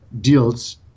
deals